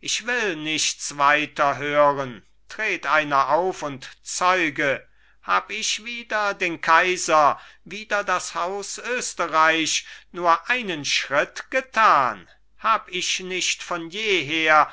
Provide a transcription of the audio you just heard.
ich will nichts weiter hören tret einer auf und zeuge hab ich wider den kaiser wider das haus österreich nur einen schritt getan hab ich nicht von jeher